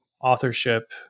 authorship